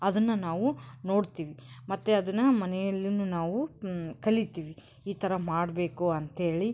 ಅದನ್ನು ನಾವು ನೋಡ್ತೀವಿ ಮತ್ತು ಅದನ್ನು ಮನೆಯಲ್ಲಿಯೂ ನಾವು ಕಲೀತೀವಿ ಈ ಥರ ಮಾಡಬೇಕು ಅಂತ್ಹೇಳಿ